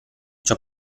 ciò